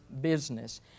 business